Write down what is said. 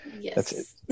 Yes